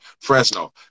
Fresno